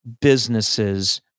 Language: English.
businesses